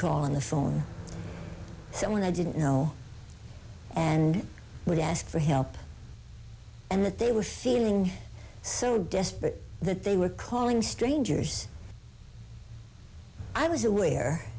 call on the phone someone i didn't know and would ask for help and that they were feeling so desperate that they were calling strangers i was aware